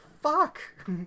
fuck